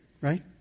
right